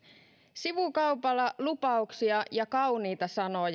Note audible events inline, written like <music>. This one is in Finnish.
sivukaupalla lupauksia ja kauniita sanoja <unintelligible>